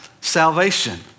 salvation